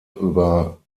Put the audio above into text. über